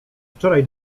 wczoraj